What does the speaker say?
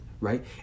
right